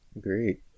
Great